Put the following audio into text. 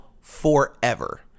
forever